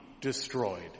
destroyed